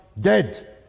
dead